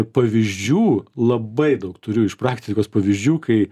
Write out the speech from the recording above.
pavyzdžių labai daug turiu iš praktikos pavyzdžių kai